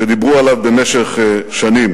שדיברו עליו במשך שנים.